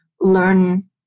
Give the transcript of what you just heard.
learn